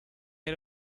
era